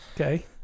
Okay